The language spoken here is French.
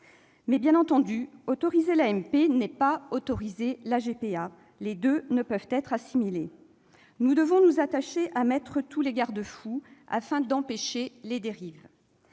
Mais, bien entendu, autoriser l'AMP n'est pas autoriser la GPA : les deux ne peuvent être assimilées ! Nous devons nous attacher à déployer tous les garde-fous afin d'empêcher les dérives.